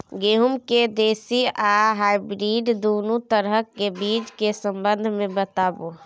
गेहूँ के देसी आ हाइब्रिड दुनू तरह के बीज के संबंध मे बताबू?